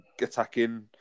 attacking